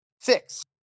Six